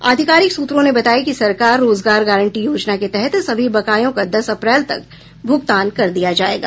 आधिकारिक सूत्रों ने बताया कि सरकार रोजगार गांरटी योजना के तहत सभी बकायों का दस अप्रैल तक भुगतान कर दिया जायेगा